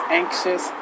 anxious